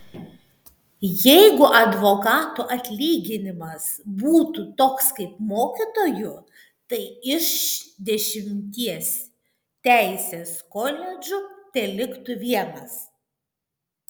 jeigu advokatų atlyginimas būtų toks kaip mokytojų tai iš dešimties teisės koledžų teliktų vienas